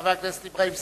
חבר הכנסת אברהים צרצור,